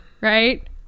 right